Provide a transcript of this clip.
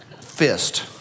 fist